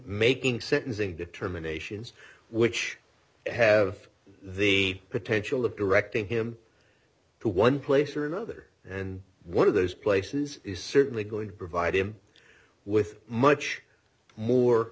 making sentencing determinations which have the potential of directing him to one place or another and one of those places is certainly going to provide him with much more